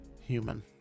human